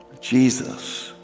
Jesus